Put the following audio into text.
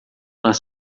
nas